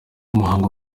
umuhango